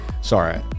Sorry